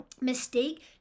mistake